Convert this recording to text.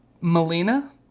Melina